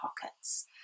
pockets